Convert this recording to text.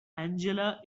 angela